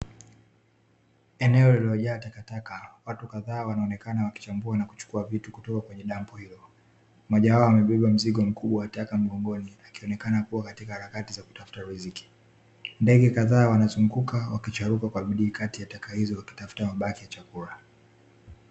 Eneo lililojaa takataka, watu kadhaa wanaonekana wakichambua na kuchukua vitu kutoka kwenye dampo hilo. Mmojawao amebeba mzigo mkubwa wa taka mgongoni akionekana kuwa katika harakati za kutafuta riziki. Ndege kadhaa wanazunguka wakichagua kwa bidii kati ya taka hizo wakitafuta mabaki ya chakula.